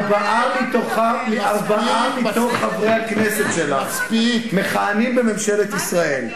שארבעה מחברי הכנסת שלה מכהנים בממשלת ישראל.